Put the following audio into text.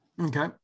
Okay